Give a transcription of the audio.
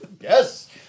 Yes